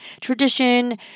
tradition